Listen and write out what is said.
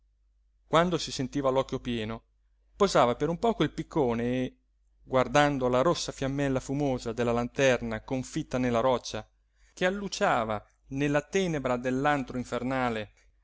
quando si sentiva l'occhio pieno posava per un poco il piccone e guardando la rossa fiammella fumosa della lanterna confitta nella roccia che alluciava nella tenebra dell'antro infernale